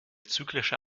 zyklische